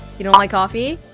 you don't like coffee?